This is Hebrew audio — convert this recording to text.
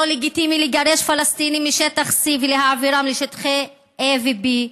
לא לגיטימי לגרש פלסטינים משטח C ולהעבירם לשטחי A ו-B,